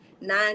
nine